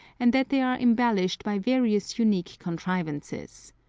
and that they are embellished by various unique contrivances.